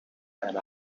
and